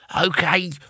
Okay